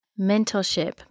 Mentorship